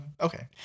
Okay